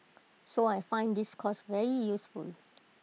so I find this course very useful